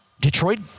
Detroit